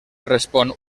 respon